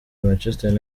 manchester